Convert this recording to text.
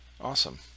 Awesome